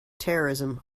terrorism